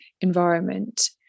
environment